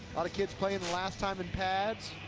lot of kids playing last time in pads.